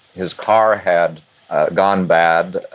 his car had gone bad,